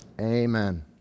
Amen